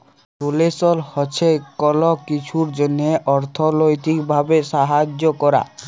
ডোলেসল হছে কল কিছুর জ্যনহে অথ্থলৈতিক ভাবে সাহায্য ক্যরা